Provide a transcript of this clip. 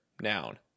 noun